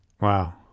wow